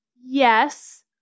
Yes